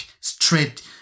straight